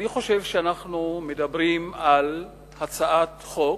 אני חושב שאנחנו מדברים על הצעת חוק